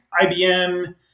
IBM